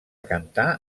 cantar